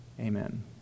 Amen